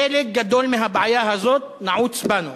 חלק גדול מהבעיה הזאת נעוץ בנו,